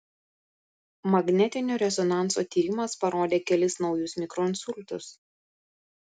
magnetinio rezonanso tyrimas parodė kelis naujus mikroinsultus